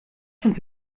schon